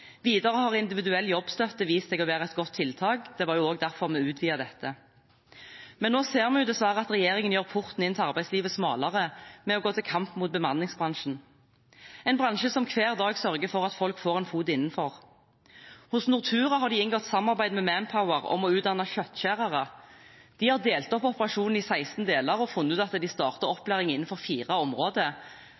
Videre har Individuell jobbstøtte vist seg å være et godt tiltak. Det var også derfor utvidet vi dette. Nå ser vi dessverre at regjeringen gjør porten inn til arbeidslivet smalere, ved å gå til kamp mot bemanningsbransjen. Det er en bransje som hver dag sørger for at folk får en fot innenfor. Hos Nortura har de inngått samarbeid med Manpower om å utdanne kjøttskjærere. De har delt opp operasjonen i 16 deler og funnet ut at de starter opplæring innenfor fire områder